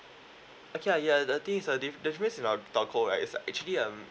okay ah ya the thing is a di~ that's mean about telco right is uh actually um